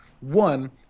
One